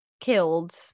killed